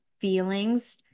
feelings